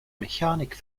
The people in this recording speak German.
mechanik